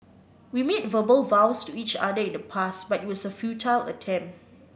we made verbal vows to each other in the past but it was a futile attempt